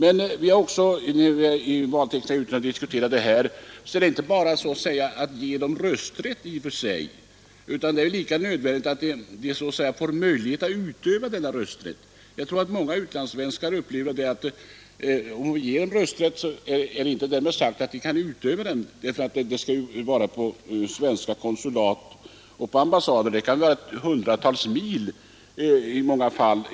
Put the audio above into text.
Vi har i valtekniska utredningen diskuterat denna fråga. Det gäller ju inte bara att ge dem rösträtt, utan de måste också få möjlighet att utöva rösträtten. Många utlandssvenskar upplever det så att även om de får rösträtt är det därmed inte sagt att de kan utöva den. Det skall göras på svenska konsulat eller ambassader, och det kan vara hundratals mil dit.